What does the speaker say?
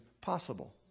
possible